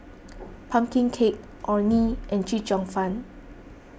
Pumpkin Cake Orh Nee and Chee Cheong Fun